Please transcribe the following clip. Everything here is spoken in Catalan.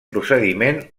procediment